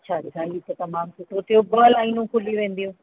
अच्छा अच्छा ही त तमामु सुठो थियो ॿ लाइनूं खुली वेंदियूं